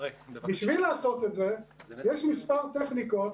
בשביל לעשות את זה יש מספר טכניקות,